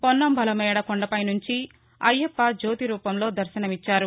పొన్నాం బలమేడు కొండపై నుంచి అయ్యప్ప జ్యోతి రూపంలో దర్శనం ఇచ్చారు